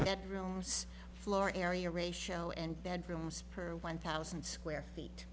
bedrooms floor area ratio and bedrooms per one thousand square feet